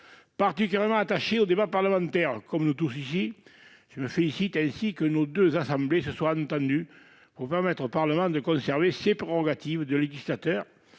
Particulièrement attaché au débat parlementaire, comme nous tous, je me félicite que nos deux assemblées se soient entendues pour permettre au Parlement de conserver ses prérogatives de législateur